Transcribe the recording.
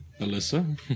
Alyssa